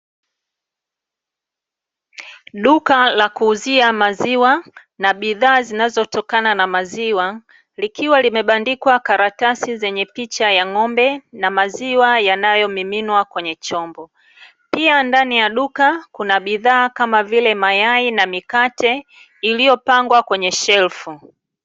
Duka la kuuzia maziwa na bidhaa zinazotokana na maziwa, likiwa limebandikwa karatasi yenye picha ya ng'ombe na maziwa yanayomiminwa kwenye chombo. Pia ndani ya duka kuna bidhaa kama vile mayai na mikate iliyopangwa kwenye shelfu.